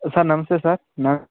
sir ನಮಸ್ತೆ sir ನಾನು